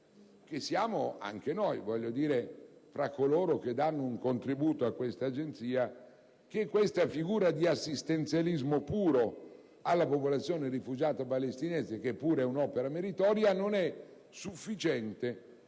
sostenendo noi, che siamo tra coloro che danno un contributo a detta Agenzia, che questa figura di assistenzialismo puro alla popolazione rifugiata palestinese, che pure è un'opera meritoria, non è sufficiente.